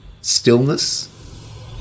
stillness